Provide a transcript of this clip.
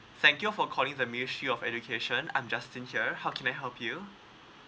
thank you for calling the ministry of education I'm justin here how can I help you